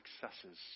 successes